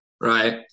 Right